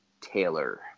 Taylor